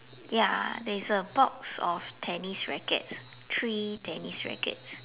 ya there is a box of tennis rackets three tennis rackets